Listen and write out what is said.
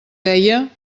deia